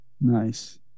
Nice